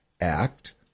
Act